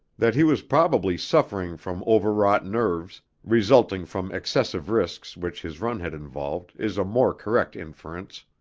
that he was probably suffering from overwrought nerves, resulting from excessive risks which his run had involved, is a more correct inference.